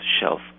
shelf